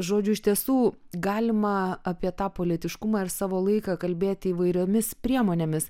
žodžiu iš tiesų galima apie tą politiškumą ir savo laiką kalbėti įvairiomis priemonėmis